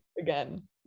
again